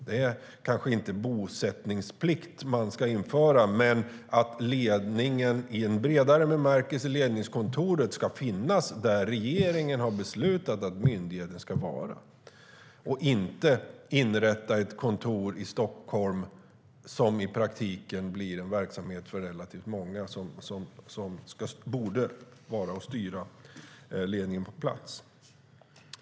Det är kanske inte bosättningsplikt som man ska införa, utan att ledningskontoret ska vara beläget där regeringen har beslutat att myndigheten ska ligga. Man ska inte inrätta ett kontor i Stockholm som i praktiken blir en verksamhet för relativt många som borde styra verksamheten på plats.